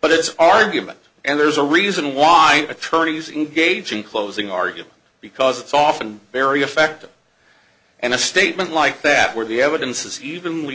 but it's argument and there's a reason why attorneys engage in closing argument because it's often very effective and a statement like that where the evidence is evenly